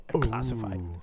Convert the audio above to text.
classified